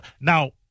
now